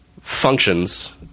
functions